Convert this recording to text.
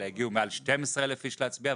הגיעו מעל ל-12,000 איש להצביע,